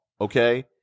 okay